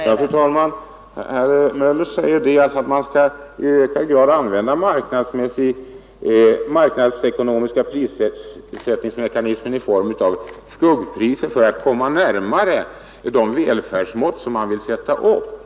Fru talman! Herr Möller i Göteborg säger att man bör i ökad grad använda marknadsekonomiska prissättningsmekanismer i form av skuggpriser för att komma närmare de välfärdsmått som man vill sätta upp.